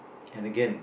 and again